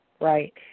right